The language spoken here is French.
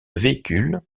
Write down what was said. véhicule